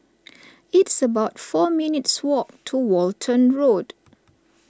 it's about four minutes' walk to Walton Road